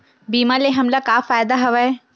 बीमा ले हमला का फ़ायदा हवय?